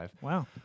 wow